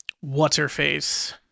what's-her-face